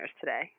today